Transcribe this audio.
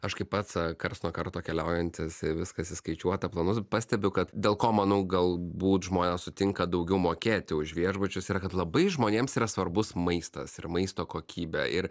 aš kai pats karts nuo karto keliaujantis į viskas įskaičiuota planus pastebiu kad dėl ko manau galbūt žmonės sutinka daugiau mokėti už viešbučius yra kad labai žmonėms yra svarbus maistas ir maisto kokybė ir